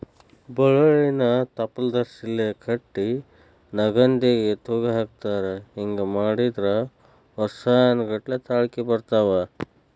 ಬಳ್ಳೋಳ್ಳಿನ ತಪ್ಲದರ್ಸಿಲೆ ಕಟ್ಟಿ ನಾಗೊಂದಿಗೆ ತೂಗಹಾಕತಾರ ಹಿಂಗ ಮಾಡಿದ್ರ ವರ್ಸಾನಗಟ್ಲೆ ತಾಳ್ಕಿ ಬರ್ತಾವ